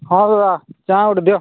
ହଁ ଦାଦା ଚା' ଗୋଟେ ଦିଅ